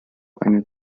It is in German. eine